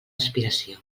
aspiració